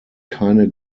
keine